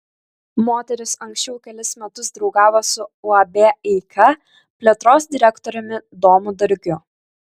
moteris anksčiau kelis metus draugavo su uab eika plėtros direktoriumi domu dargiu